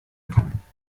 kann